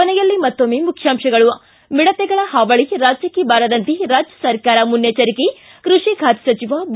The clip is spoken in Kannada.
ಕೊನೆಯಲ್ಲಿ ಮತ್ತೊಮ್ಮೆ ಮುಖ್ಯಾಂಶಗಳು ಿ ಮಿಡತೆಗಳ ಹಾವಳಿ ರಾಜ್ಯಕ್ಕೆ ಬಾರದಂತೆ ರಾಜ್ಯ ಸರ್ಕಾರ ಮುನ್ನೆಚ್ವರಿಕೆ ಕೃಷಿ ಖಾತೆ ಸಚಿವ ಬಿ